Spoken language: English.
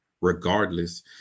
regardless